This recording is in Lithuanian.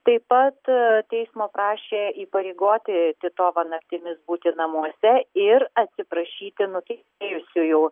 taip pat teismo prašė įpareigoti titovą naktimis būti namuose ir atsiprašyti nukentėjusiųjų